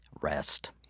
Rest